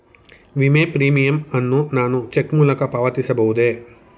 ವಿಮೆ ಪ್ರೀಮಿಯಂ ಅನ್ನು ನಾನು ಚೆಕ್ ಮೂಲಕ ಪಾವತಿಸಬಹುದೇ?